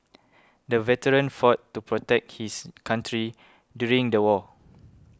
the veteran fought to protect his country during the war